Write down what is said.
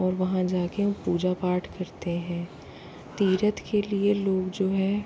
और वहाँ जाकर पूजा पाठ करते हैं तीर्थ के लिए लोग जो हैं